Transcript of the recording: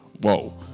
Whoa